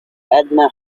edna